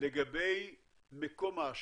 לגבי מקום ההשקעה,